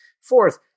Fourth